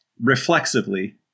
reflexively